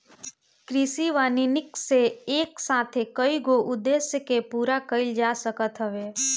कृषि वानिकी से एक साथे कईगो उद्देश्य के पूरा कईल जा सकत हवे